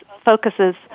focuses